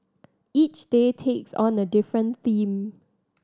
each day takes on a different theme